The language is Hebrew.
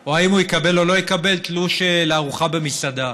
או האם הוא יקבל או לא יקבל תלוש לארוחה במסעדה,